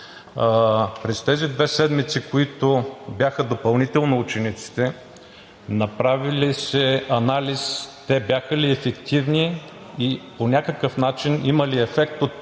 през тези две седмици, които бяха допълнителни за учениците, направи ли се анализ те бяха ли ефективни и по някакъв начин имаше ли ефект от допълнителните